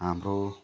हाम्रो